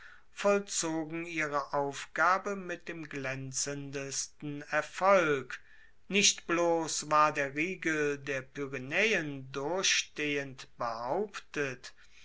vollzogen ihre aufgabe mit dem glaenzendsten erfolg nicht bloss war der riegel der pyrenaeen durchstehend behauptet